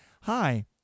hi